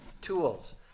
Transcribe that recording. tools